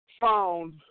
found